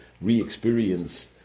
re-experience